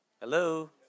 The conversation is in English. Hello